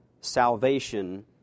salvation